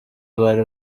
bari